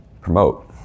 promote